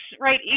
right